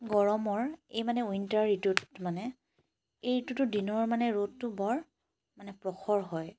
গৰমৰ এই মানে উইণ্টাৰ ঋতুত মানে এই ঋতুটোত মানে দিনৰ ৰ'দটো মানে প্ৰখৰ হয়